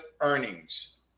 earnings